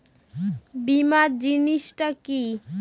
বীমা জিনিস টা কি?